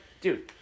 Dude